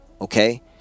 Okay